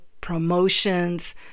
promotions